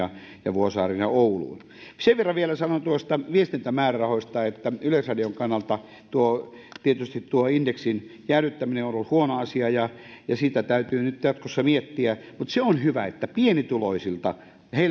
vuosaareen ja ouluun sen verran vielä sanon viestintämäärärahoista että yleisradion kannalta tietysti indeksin jäädyttäminen on ollut huono asia ja ja sitä täytyy nyt jatkossa miettiä mutta se on hyvä että pienituloisille